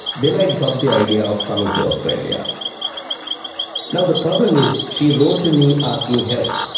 then i dropped the idea of coming to australia. now the problem is she wrote to me asking help.